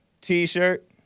T-shirt